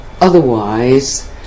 otherwise